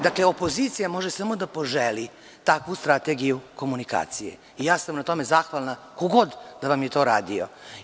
Dakle, opozicija može samo da poželi takvu strategiju komunikacije i ja sam na tome zahvalna, kog god da vam je to radio.